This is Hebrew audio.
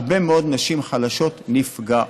הרבה מאוד נשים חלשות נפגעות.